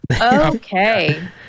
okay